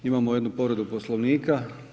Imamo jednu povredu Poslovnika.